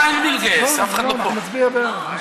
תודה רבה, גברתי